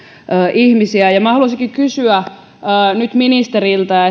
ihmisiä minä haluaisinkin kysyä nyt ministeriltä